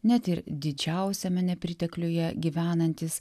net ir didžiausiame nepritekliuje gyvenantys